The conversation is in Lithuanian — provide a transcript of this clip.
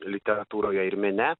literatūroje ir mene